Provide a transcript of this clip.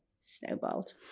snowballed